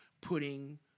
putting